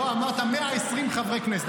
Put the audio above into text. לא, אמרת "120 חברי כנסת".